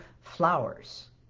flowers